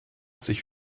sich